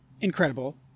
incredible